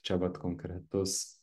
čia vat konkretus